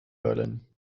berlin